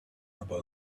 about